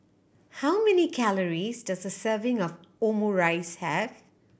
how many calories does a serving of Omurice have